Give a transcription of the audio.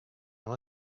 now